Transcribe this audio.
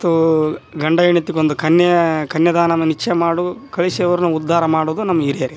ಮತ್ತು ಗಂಡ ಹೆಂಡ್ತಿಗೊಂದ್ ಕನ್ಯಾದಾನ ನಿಶ್ಚಯ ಮಾಡು ಕರಿಸಿ ಅವರನ್ನ ಉದ್ಧಾರ ಮಾಡುವುದು ನಮ್ಮ ಹಿರಿಯರೇ